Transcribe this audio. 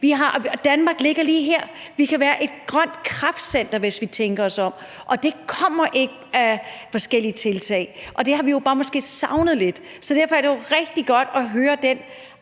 Danmark ligger lige her. Vi kan være et grønt kraftcenter, hvis vi tænker os om, og det kommer ikke af forskellige tiltag. Det har vi måske bare savnet lidt, så derfor er det jo rigtig godt at høre den